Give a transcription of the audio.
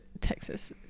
texas